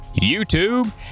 YouTube